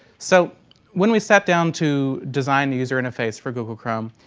so when we sat down to design user interface for google chrome,